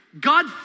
God